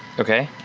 okay.